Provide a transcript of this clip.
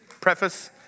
preface